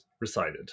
recited